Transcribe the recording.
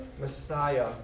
Messiah